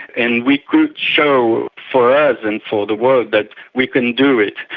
and we could show for us and for the world that we can do it,